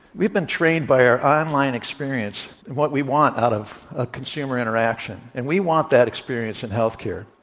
we have been trained by our online experience, and what we want out of ah consumer interaction and we want that experience in health care,